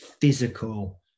physical